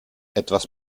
etwas